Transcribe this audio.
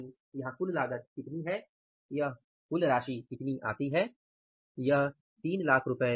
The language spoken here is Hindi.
यानि यहाँ कुल लागत कितनी है यह कुल राशि कितनी होती है 300000